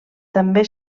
també